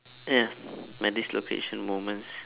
ya my dislocation moments